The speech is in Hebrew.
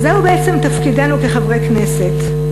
זהו בעצם תפקידנו כחברי הכנסת,